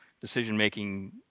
decision-making